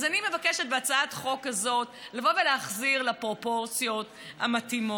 אז אני מבקשת בהצעת החוק הזאת לבוא ולהחזיר לפרופורציות המתאימות,